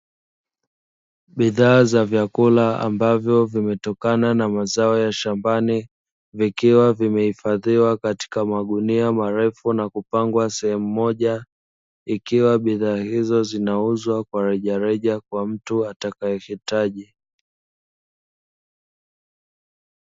Bidhaa za vyakula ambavyo vimetokana na mazao ya shambani, vikiwa vimehifadhiwa katika magunia marefu na kupangwa sehemu moja ikiwa bidhaa hizo zinauzwa kwa rejareja, kwa mtu atakaye hitaji.